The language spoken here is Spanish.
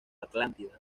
atlántida